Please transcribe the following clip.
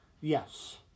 Yes